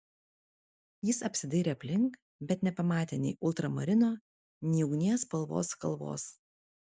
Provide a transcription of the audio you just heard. jis apsidairė aplink bet nepamatė nei ultramarino nei ugnies spalvos kalvos